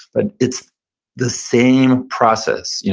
but it's the same process. yeah